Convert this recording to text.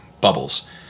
bubbles